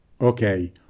Okay